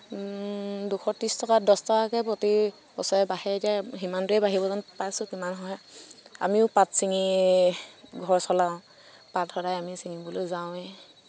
দুশ ত্ৰিছ টকা দহ টকাকৈ প্ৰতি বছৰে বাঢ়ে এতিয়া সিমানটোৱে বাঢ়িব যেন পাইছো কিমান হয় আমিও পাত ছিঙি ঘৰ চলাওঁ পাত সদায় আমি ছিঙিবলৈ যাওঁৱে